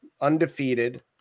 undefeated